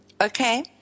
Okay